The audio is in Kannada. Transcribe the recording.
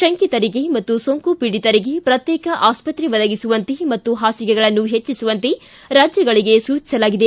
ಶಂಕಿತರಿಗೆ ಮತ್ತು ಸೋಂಕು ಪೀಡಿತರಿಗೆ ಪ್ರತ್ಯೇಕ ಆಸ್ಪಕ್ರೆ ಒದಗಿಸುವಂತೆ ಮತ್ತು ಪಾಸಿಗೆಗಳನ್ನು ಹೆಚ್ಚಿಸುವಂತೆ ರಾಜ್ದಗಳಿಗೆ ಸೂಚಿಸಲಾಗಿದೆ